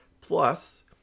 Plus